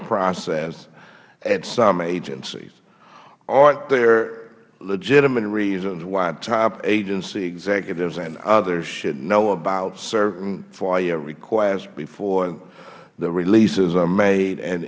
process at some agencies are there legitimate reasons why top agency executives and others should know about certain foia requests before the releases are made and